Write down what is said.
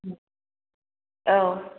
औ